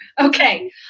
okay